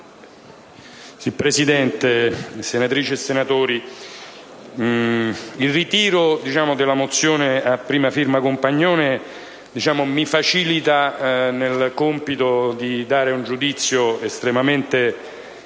Presidente, senatrici e senatori il ritiro della mozione a prima firma del senatore Compagnone mi facilita nel compito di dare un giudizio estremamente tranciante